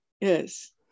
Yes